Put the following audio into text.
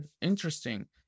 interesting